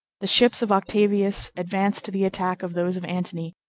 the ships of octavius advanced to the attack of those of antony,